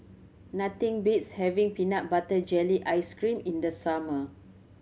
nothing beats having peanut butter jelly ice cream in the summer